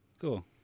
Cool